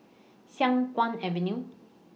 Siang Kuang Avenue